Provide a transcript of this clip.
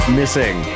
missing